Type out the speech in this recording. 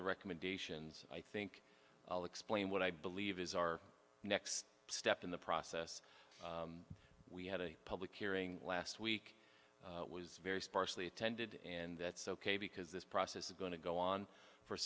the recommendations i think i'll explain what i believe is our next step in the process we had a public hearing last week was very sparsely attended and that's ok because this process is going to go on for